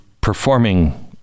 performing